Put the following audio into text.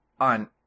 on